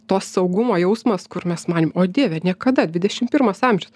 to saugumo jausmas kur mes manėm o dieve niekada dvidešim pirmas amžius